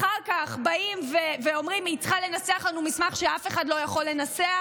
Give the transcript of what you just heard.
אחר כך באים ואומרים: היא צריכה לנסח לנו מסמך שאף אחד לא יכול לנסח.